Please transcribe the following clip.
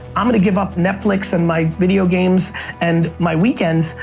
i'm gonna give up netflix and my video games and my weekends,